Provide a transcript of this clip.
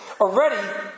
Already